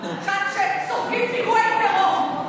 שהם סופגים פיגועי טרור,